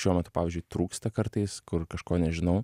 šiuo metu pavyzdžiui trūksta kartais kur kažko nežinau